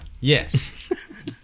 Yes